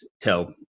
tell